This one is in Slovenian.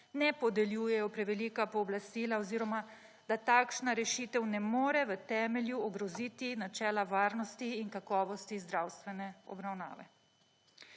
ne podeljujejo prevelika pooblastila oziroma, da takšna rešitev ne more v temelju ogroziti načela varnosti in kakovosti zdravstvene obravnave.